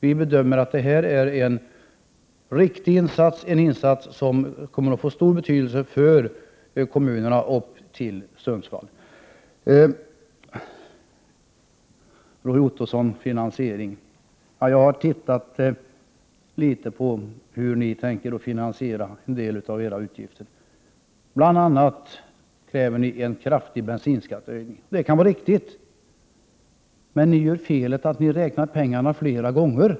Vi bedömer att det är en riktig insats som kommer att få stor betydelse för kommunerna och för Sundsvall. Roy Ottosson talade om finansiering. Jag har tittat litet på hur ni i miljöpartiet vill finansiera en del av era utgifter. Ni kräver bl.a. en kraftig bensinskattehöjning. Det kan vara ett riktigt tillvägagångssätt, men ni gör det felet att ni räknar pengarna flera gånger.